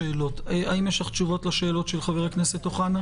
האם יש לך תשובות לשאלות של חבר הכנסת אוחנה?